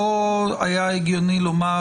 לא היה הגיוני ונכון לומר